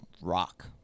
rock